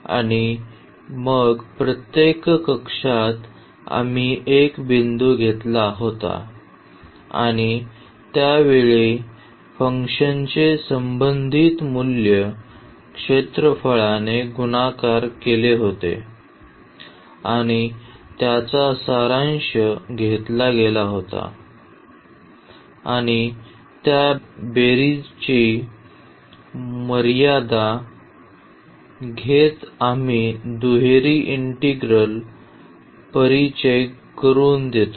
आणि मग प्रत्येक कक्षात आम्ही एक बिंदू घेतला होता आणि त्या वेळी फंक्शनचे संबंधित मूल्य क्षेत्रफळाने गुणाकार केले होते आणि त्याचा सारांश घेतला गेला होता आणि त्या बेरीजची मर्यादा घेत आम्ही दुहेरी इंटिग्रल परिचय करून देतो